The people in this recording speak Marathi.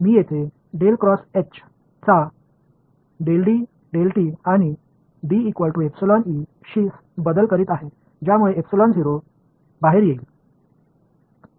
मी येथे चा आणि शी बदल करीत आहे ज्यामुळे बाहेर येईल